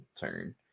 turn